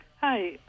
Hi